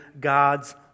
God's